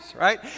right